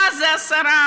מה זה 10%?